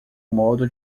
modo